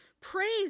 Praise